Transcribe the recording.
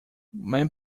man